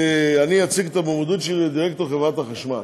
אני אציג את המועמדות שלי לדירקטוריון חברת החשמל,